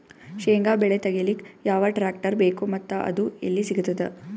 ಶೇಂಗಾ ಬೆಳೆ ತೆಗಿಲಿಕ್ ಯಾವ ಟ್ಟ್ರ್ಯಾಕ್ಟರ್ ಬೇಕು ಮತ್ತ ಅದು ಎಲ್ಲಿ ಸಿಗತದ?